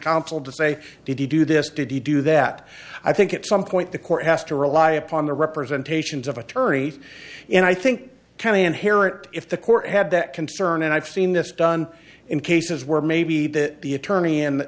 counsel to say did he do this did he do that i think at some point the court has to rely upon the representations of attorneys and i think county inherit if the court had that concern and i've seen this done in cases where maybe that the attorney and